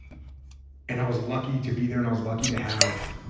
and i was lucky to be there and i was lucky to have